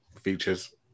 features